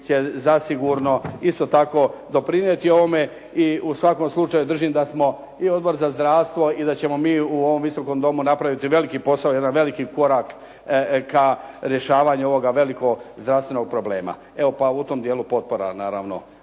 će zasigurno isto tako doprinijeti ovome. I u svakom slučaju držim da smo i Odbor za zdravstvo i da ćemo mi u ovom Visokom domu napraviti veliki posao, jedan veliki korak ka rješavanju ovoga velikog zdravstvenog problema. Evo, pa u tom dijelu potpora naravno